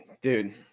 Dude